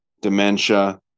dementia